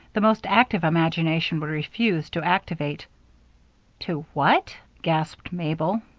the most active imagination would refuse to activate to what? gasped mabel.